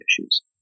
issues